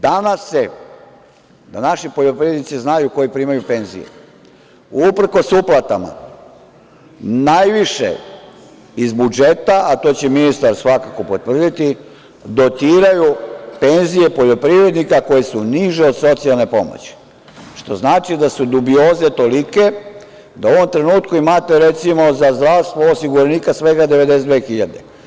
Danas se uprkos uplatama najviše iz budžeta, a to će ministar svakako potvrditi, dotiraju penzije poljoprivrednika koje su niže od socijalne pomoći, što znači da su dubioze toliko da u ovom trenutku imate recimo za zdravstvo osiguranika svega 92.000.